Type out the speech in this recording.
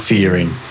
Fearing